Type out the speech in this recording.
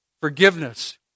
forgiveness